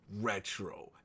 retro